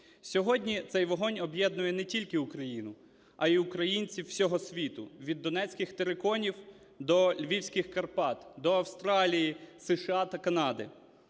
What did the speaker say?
Сьогодні цей вогонь об'єднує не тільки Україну, а і українців всього світу: від донецьких териконів до львівських Карпат, до Австралії, США та Канади.